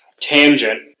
tangent